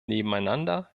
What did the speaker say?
nebeneinander